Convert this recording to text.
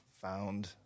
found